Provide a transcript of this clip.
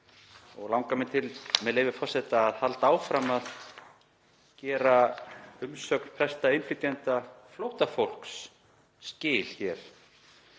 og langar mig, með leyfi forseta, að halda áfram að gera umsögn presta innflytjenda og flóttafólks skil hér.